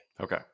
Okay